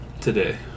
today